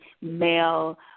male